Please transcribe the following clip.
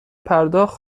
پرداخت